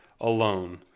alone